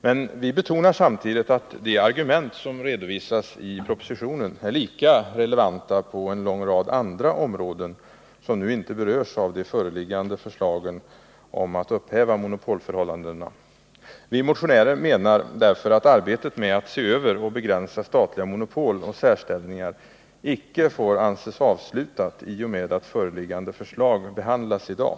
Men vi betonar samtidigt att de argument som redovisas i propositionen är lika relevanta på en lång rad andra områden som inte berörs av nu föreliggande förslag om att upphäva monopolförhållandena. Vi motionärer menar därför att arbetet med att se över och begränsa statliga monopol och särställningar icke får anses avslutat i och med att föreliggande förslag behandlas i dag.